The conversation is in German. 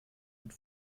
mit